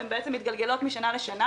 הן בעצם מתגלגלות משנה לשנה.